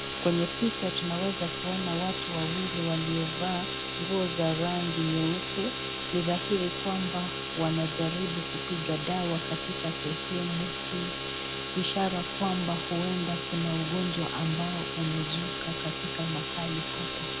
Kwenye picha tunaweza kuona watu wawili waliovaa nguo za rangi nyeupe ni dhahiri kwamba wanajaribu kupiga dawa katika sehemu hii ishara kwamba huenda kuna ugonjwa ambao umezuka katika mahala hapa.